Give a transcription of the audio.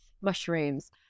mushrooms